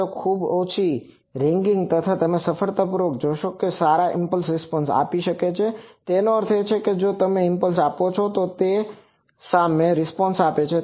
તો ખૂબ ઓછી રિંગિંગ સાથે તમે તે સફળતાપૂર્વક જોશો કે તે એક સારો ઈમ્પલ્સ રિસ્પોન્સ આપી રહ્યો છે તેનો અર્થ એ કે જો તમે ઈમ્પલ્સ આપો છો તો તે આપે છે